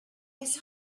his